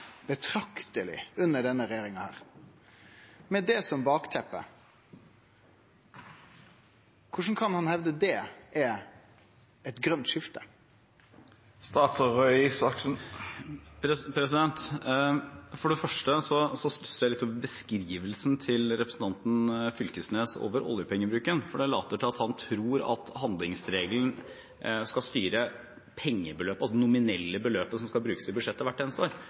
betrakteleg under denne regjeringa. Med det som bakteppe, korleis kan han hevde at det er eit grønt skifte? For det første: Hvis vi ser litt på beskrivelsen til representanten Knag Fylkesnes når det gjelder oljepengebruken, later det til at han tror at handlingsregelen skal styre det nominelle beløpet som skal brukes i budsjettet